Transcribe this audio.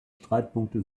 streitpunkte